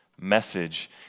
message